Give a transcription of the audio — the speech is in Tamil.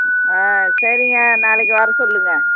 ஆ சரிங்க நாளைக்கு வர சொல்லுங்க